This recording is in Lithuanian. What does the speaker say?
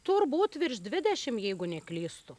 turbūt virš dvidešimt jeigu neklystu